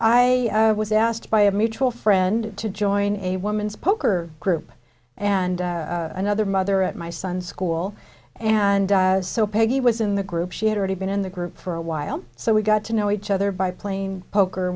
i was asked by a mutual friend to join a woman's poker group and another mother at my son's school and so peggy was in the group she had already been in the group for a while so we got to know each other by playing poker